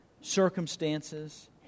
circumstances